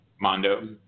Mondo